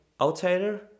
outsider